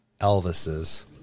Elvises